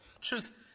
Truth